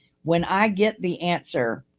when i get the answer,